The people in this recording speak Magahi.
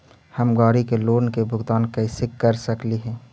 हम गाड़ी के लोन के भुगतान कैसे कर सकली हे?